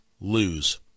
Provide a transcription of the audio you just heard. lose